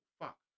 fuck